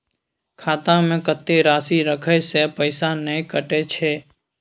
खाता में कत्ते राशि रखे से पैसा ने कटै छै?